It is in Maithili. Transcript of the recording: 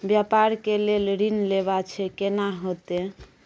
व्यापार के लेल ऋण लेबा छै केना होतै?